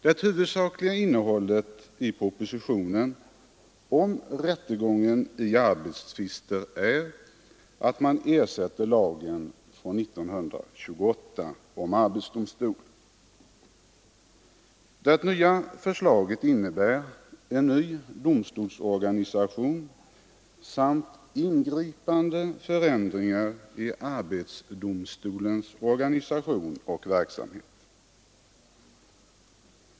Det huvudsakliga innehållet i propositionen om rättegång i arbetstvister är att man vill ersätta lagen från 1928 om arbetsdomstol. Förslaget innebär en ny domstolsorganisation samt ingripande förändringar i arbetsdomstolens organisation och verksamhet.